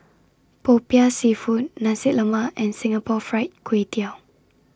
Popiah Seafood Nasi Lemak and Singapore Fried Kway Tiao